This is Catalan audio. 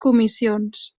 comissions